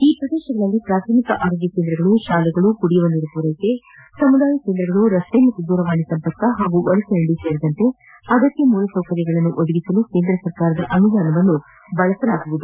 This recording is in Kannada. ಈ ಪ್ರದೇಶಗಳಲ್ಲಿ ಪ್ರಾಥಮಿಕ ಆರೋಗ್ಯ ಕೇಂದ್ರಗಳು ತಾಲೆಗಳು ಕುಡಿಯುವನೀರು ಪೂರೈಕೆ ಸಮುದಾಯ ಕೇಂದ್ರಗಳು ರಸ್ತೆ ಮತ್ತು ದೂರವಾಣಿ ಸಂಪರ್ಕ ಹಾಗೂ ಒಳಚರಂಡಿ ಸೇರಿದಂತೆ ಅಗತ್ಯ ಮೂಲಸೌಕರ್ಯಗಳನ್ನು ಒದಗಿಸಲು ಕೇಂದ್ರ ಸರ್ಕಾರದ ಅನುದಾನವನ್ನೂ ಬಳಸಲಾಗುವುದು